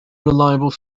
reliable